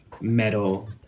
metal